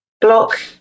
block